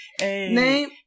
Name